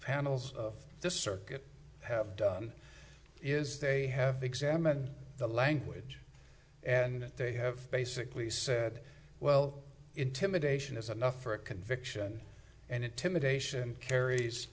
panels of this circuit have done is they have examined the language and they have basically said well intimidation is enough for a conviction and intimidation carries